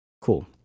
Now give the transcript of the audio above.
Cool